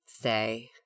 say